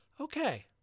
okay